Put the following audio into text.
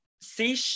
see